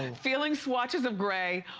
and feeling swatches of gray